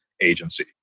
agency